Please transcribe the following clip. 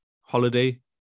holiday